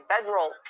federal